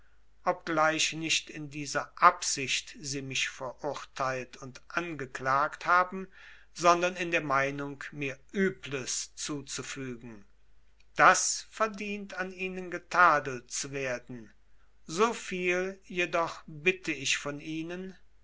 obgleich nicht in dieser absicht sie mich verurteilt und angeklagt haben sondern in der meinung mir übles zuzufügen das verdient an ihnen getadelt zu werden so viel jedoch bitte ich von ihnen